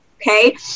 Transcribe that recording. Okay